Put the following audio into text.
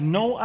no